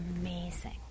amazing